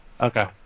Okay